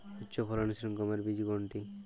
উচ্চফলনশীল গমের বীজ কোনটি?